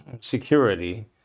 security